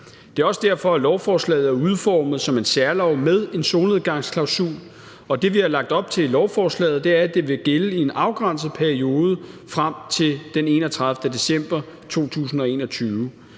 Det er også derfor, at lovforslaget er udformet som en særlov med en solnedgangsklausul. Det, vi har lagt op til i lovforslaget, er, at det vil gælde i en afgrænset periode frem til den 31. december 2021.